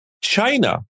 China